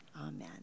Amen